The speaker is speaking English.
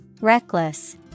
Reckless